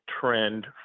trend